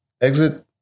exit